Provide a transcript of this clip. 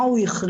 מה הוא יכלול.